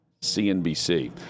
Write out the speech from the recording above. CNBC